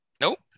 Nope